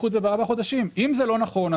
אם זה לא נכון,